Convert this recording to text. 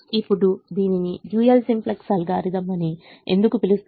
ఇప్పుడు దీనిని dual simplex algorithm అని ఎందుకు పిలుస్తారు